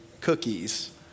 cookies